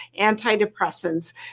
antidepressants